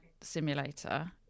simulator